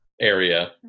area